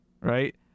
right